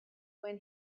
when